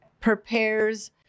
prepares